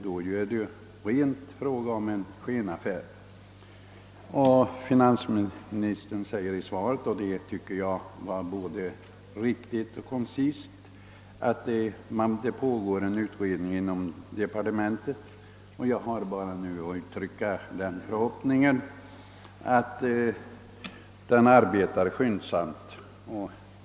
Det är då fråga om en ren skenaffär. Finansministern säger i svaret — som jag tycker var både riktigt och koncist — att en utredning pågår inom departementet. Jag vill bara uttrycka den förhoppningen att denna arbetar skyndsamt.